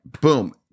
boom